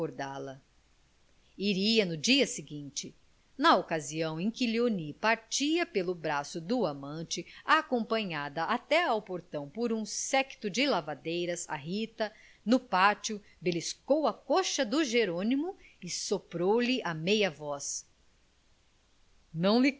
acordá-la iria no dia seguinte na ocasião em que léonie partia pelo braço do amante acompanhada até o portão por um séquito de lavadeiras a rita no pátio beliscou a coxa de jerônimo e soprou lhe à meia voz não lhe